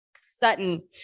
Sutton